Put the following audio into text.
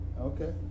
Okay